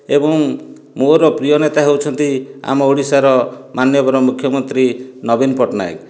ଏବଂ ମୋର ପ୍ରିୟ ନେତା ହେଉଛନ୍ତି ଆମ ଓଡ଼ିଶାର ମାନ୍ୟବର ମୁଖ୍ୟମନ୍ତ୍ରୀ ନବୀନ ପଟ୍ଟନାୟକ